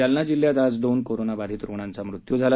जालना जिल्ह्यात आज दोन कोरोना बाधित रुग्णांचा मृत्यू झाला